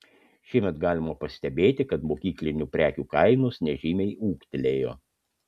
šiemet galima pastebėti kad mokyklinių prekių kainos nežymiai ūgtelėjo